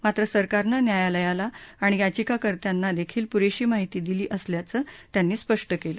मात्र सरकारनं न्यायालयाला आणि याचिकाकर्त्यांना देखील पुरेशी माहिती दिली असल्याचं त्यांनी स्पष्ट केलं